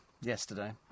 Yesterday